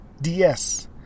DS